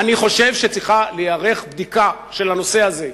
אני חושב שצריכה להיערך בדיקה של הנושא הזה.